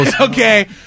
Okay